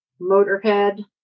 Motorhead